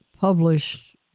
published